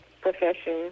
profession